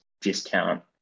discount